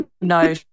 No